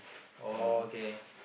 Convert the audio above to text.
okay